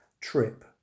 trip